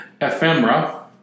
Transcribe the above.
ephemera